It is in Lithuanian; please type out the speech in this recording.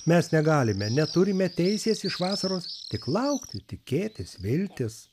mes negalime neturime teisės iš vasaros tik laukti tikėtis viltis